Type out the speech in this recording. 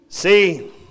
See